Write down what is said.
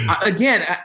Again